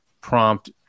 prompt